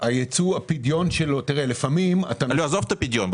הייצוא --- עזוב את הפדיון.